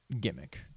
gimmick